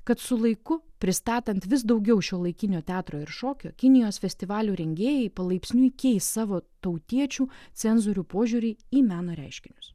kad su laiku pristatant vis daugiau šiuolaikinio teatro ir šokio kinijos festivalių rengėjai palaipsniui keis savo tautiečių cenzorių požiūrį į meno reiškinius